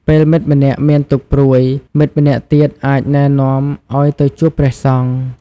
ពេលមិត្តម្នាក់មានទុក្ខព្រួយ មិត្តម្នាក់ទៀតអាចណែនាំឲ្យទៅជួបព្រះសង្ឃ។